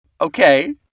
Okay